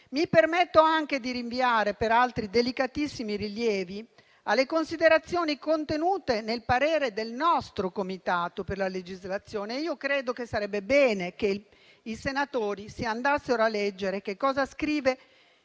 Mi permetto anche di rinviare per altri delicatissimi rilievi alle considerazioni contenute nel parere del nostro Comitato per la legislazione e credo che sarebbe bene che i senatori andassero a leggere che cosa scrive